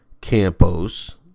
Campos